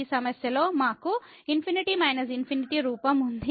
ఈ సమస్యలో మాకు ∞∞ రూపం ఉంది